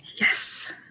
Yes